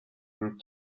grouped